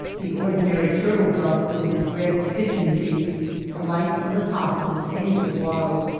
the ordinary turtle-dove with his red pigeon feet alights on the top of the same sahuaro,